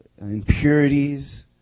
impurities